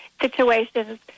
situations